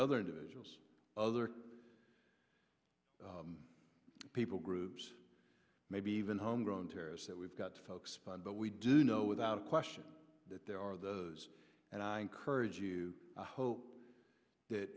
other individuals other people groups maybe even homegrown terrorists that we've got folks fund but we do know without question that there are those and i encourage you to hope that